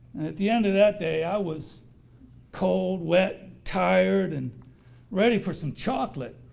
and at the end of that day i was cold wet tired and ready for some chocolate